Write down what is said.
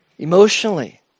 emotionally